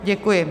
Děkuji.